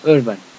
Urban